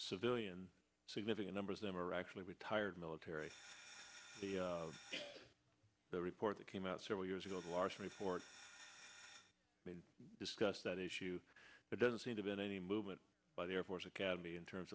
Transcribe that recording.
civilian significant number of them are actually retired military the report that came out several years ago largely for discuss that issue but doesn't seem to been any movement by the air force academy in terms